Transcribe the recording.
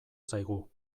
zaigu